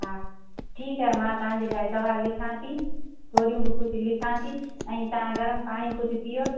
हा ठीकु आहे मां तव्हांजे लाइ दवा लिखां थी गोरियूं बि कुझु लिखां थी ऐं तव्हां गर्म पाणी कुझ पियो